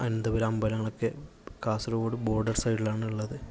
അനന്തപുരം അമ്പലങ്ങളൊക്കെ കാസർഗോഡ് ബോർഡർ സൈഡിലാണ് ഉള്ളത്